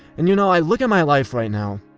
and you know, i look at my life right now,